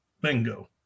bingo